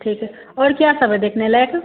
ठीक है और क्या सब है देखने लायक